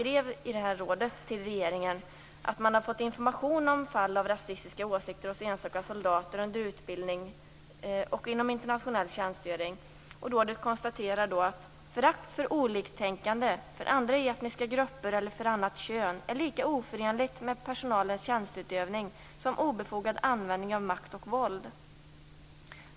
Rådet skrev till regeringen att man har fått information om fall av rasistiska åsikter hos enstaka soldater under utbildning och inom internationell tjänstgöring. Rådet konstaterar att: förakt för oliktänkande, för andra etniska grupper eller för annat kön är lika oförenligt med personalens tjänsteutövning som obefogad användning av makt och våld.